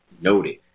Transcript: noted –